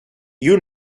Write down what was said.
you